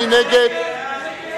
מי נגד?